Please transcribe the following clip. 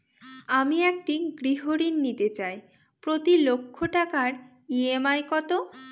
আমি একটি গৃহঋণ নিতে চাই প্রতি লক্ষ টাকার ই.এম.আই কত?